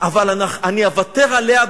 אבל אני אוותר עליה בנדיבות.